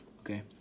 Okay